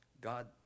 God